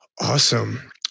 awesome